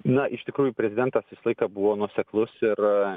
na iš tikrųjų prezidentas visą laiką buvo nuoseklus ir